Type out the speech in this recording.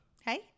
Hey